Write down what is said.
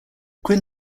quinn